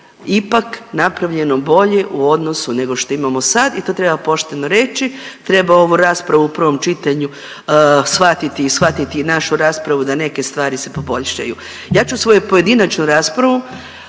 ipak napravljeno bolje u odnosu nego što imamo sad i to treba pošteno reći. Treba ovu raspravu u prvom čitanju shvatiti i shvatiti našu raspravu da neke stvari se poboljšaju. Ja ću svoju pojedinačnu raspravu